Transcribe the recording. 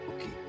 Okay